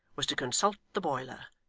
was to consult the boiler,